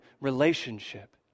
relationship